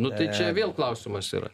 nu tai čia vėl klausimas yra